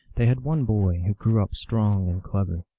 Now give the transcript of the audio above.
they had one boy, who grew up strong and clever.